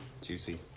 juicy